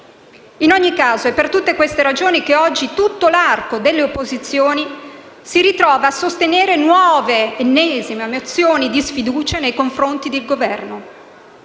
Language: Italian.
In ogni caso, è per tutte queste ragioni che oggi tutto l'arco delle opposizioni si ritrova a sostenere nuove - le ennesime - mozioni di sfiducia nei confronti del Governo,